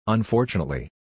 Unfortunately